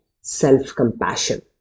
self-compassion